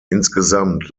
insgesamt